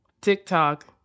TikTok